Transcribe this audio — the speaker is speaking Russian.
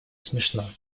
смешно